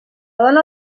dona